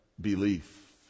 belief